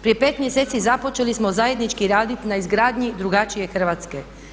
Prije pet mjeseci započeli smo zajednički raditi na izgradnji drugačije Hrvatske.